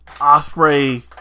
Osprey